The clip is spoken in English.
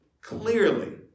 clearly